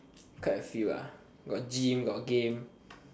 quite a feel ah got gym got game